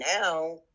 now